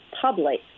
public